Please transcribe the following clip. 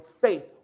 faith